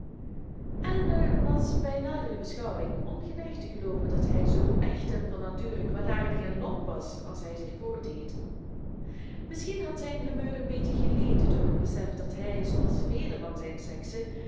elinor was bij nadere beschouwing ongeneigd te gelooven dat hij zoo echt en van nature kwaadaardig en lomp was als hij zich voordeed misschien had zijn humeur een beetje geleden door het besef dat hij zooals velen van zijn sekse